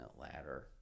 ladder